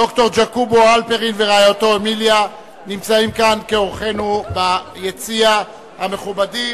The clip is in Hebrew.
ד"ר ג'אקובו הלפרין ורעייתו אמיליה נמצאים כאן כאורחינו ביציע המכובדים.